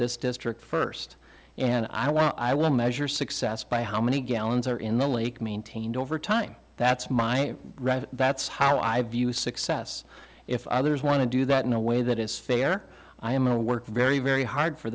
this district first and i will measure success by how many gallons are in the lake maintained over time that's my right that's how i view success if others want to do that in a way that is fair i am going to work very very hard for